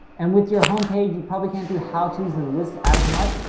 and with your home page you probably can't do how tos and lists as much,